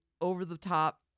over-the-top